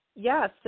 Yes